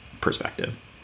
perspective